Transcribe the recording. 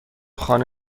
خانه